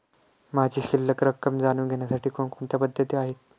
माझी शिल्लक रक्कम जाणून घेण्यासाठी कोणकोणत्या पद्धती आहेत?